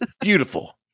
beautiful